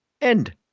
End